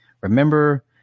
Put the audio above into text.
Remember